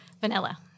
Vanilla